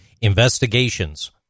investigations